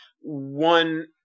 One